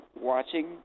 watching